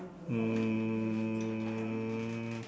um